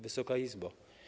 Wysoka Izbo!